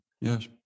Yes